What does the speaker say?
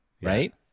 right